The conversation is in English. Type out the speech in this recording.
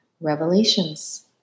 revelations